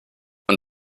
und